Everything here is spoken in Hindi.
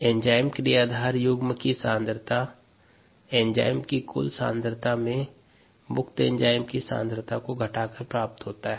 एंजाइम क्रियाधार युग्म की सांद्रता एंजाइम की कुल सांद्रता में मुक्त एंजाइम की सांद्रता को घटाकर प्राप्त होता है